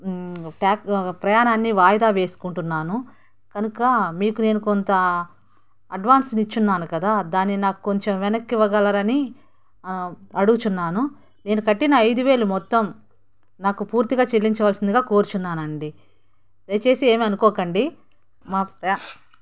ట్యా ప్రయాణాన్ని వాయిదా వేసుకుంటున్నాను కనుక మీకు నేను కొంత అడ్వాన్స్ని ఇచ్చి ఉన్నాను కదా దానిని నాకు వెనక్కి ఇవ్వగలరని అడుగుతున్నాను నేను కట్టిన ఐదు వేలు మొత్తం నాకు పూర్తిగా చెల్లించవలసిందిగా కోరుతున్నాను అండి దయచేసి ఏం అనుకోకండి మాకు